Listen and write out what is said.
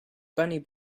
bunny